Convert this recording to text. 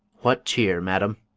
what cheer, madam?